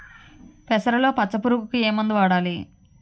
పెసరలో పచ్చ పురుగుకి ఏ మందు వాడాలి?